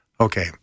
Okay